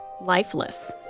lifeless